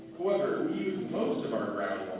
however, we use most of our